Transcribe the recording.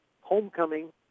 homecoming